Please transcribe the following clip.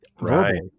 Right